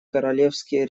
королевские